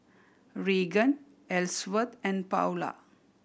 Reagan Elsworth and Paola